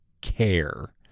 care